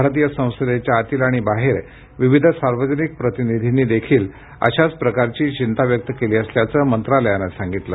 भारतीय संसदेच्या आतील आणि बाहेर विविध सार्वजनिक प्रतिनिदींनी देखील अशाच प्रकारची चिंता व्यक्त केली असल्याचं मंत्रालयानं सांगितलं